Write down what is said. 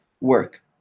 work